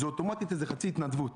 זה אוטומטית חצי בהתנדבות.